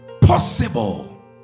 possible